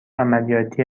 عملیاتی